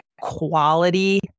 quality